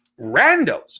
randos